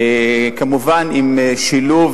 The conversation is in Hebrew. כמובן עם שילוב,